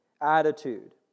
attitude